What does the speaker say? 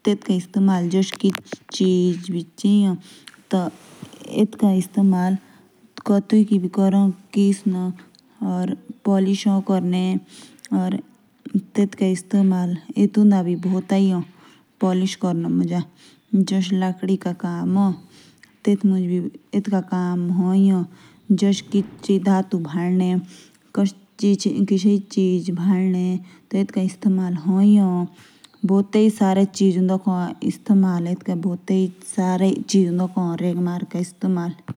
एतका इस्तेमाल लड़की का मामों द भी बहुतों करें। जो लड़की घिसनक आ से।